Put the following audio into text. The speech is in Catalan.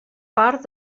part